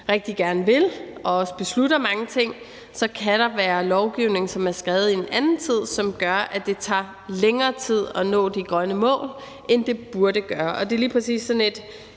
rigtig gerne vil og også beslutter mange ting, kan der være lovgivning, som er lavet i en anden tid, og som gør, at det tager længere tid at nå de grønne mål, end det burde gøre. Og det er lige præcis sådan et